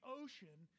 ocean